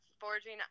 foraging